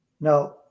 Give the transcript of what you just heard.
Now